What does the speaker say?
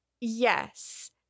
Yes